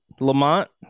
Lamont